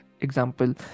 example